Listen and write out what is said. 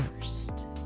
first